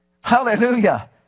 Hallelujah